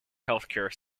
healthcare